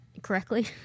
correctly